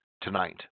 tonight